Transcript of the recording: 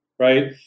Right